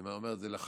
אני אומר לך את זה,